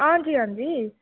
हांजी हांजी